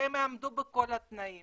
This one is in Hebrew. שהם יעמדו בכל התנאים